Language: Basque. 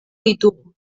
ditugu